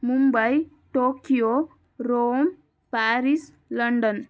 Mumbai Tokyo Rome Paris London